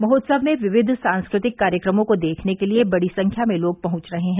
महोत्सव में विविध सांस्कृतिक कार्यक्रमों को देखने के लिए बड़ी संख्या में लोग पहुंच रहे हैं